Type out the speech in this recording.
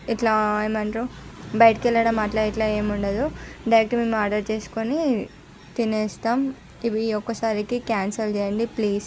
ఎట్లా ఏమంటారు బయటికి వెళ్ళడం అట్లా ఇట్లా ఏమి ఉండదు డైరెక్ట్ మేము ఆర్డర్ చేసుకొని తినేస్తాము ఇవి ఒక్కసారికి క్యాన్సిల్ చేయండి ప్లీజ్